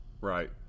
Right